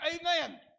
Amen